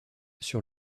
sur